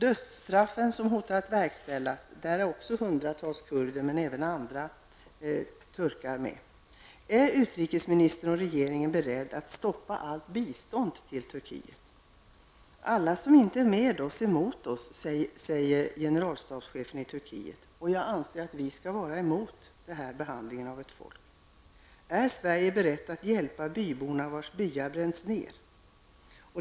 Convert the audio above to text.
Dödsstraffen, som man hotar att verkställa, gäller också hundratals kurder, men även andra turkar. Är utrikesministern och regeringen beredda att stoppa allt bistånd till Turkiet? Alla som inte är med oss är mot oss, säger generalstabschefen i Turkiet. Jag anser att vi skall vara emot denna behandling av ett folk. Är Sverige berett att hjälpa byborna vilkas byar bränns ned?